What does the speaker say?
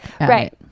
right